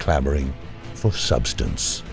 clamoring for substance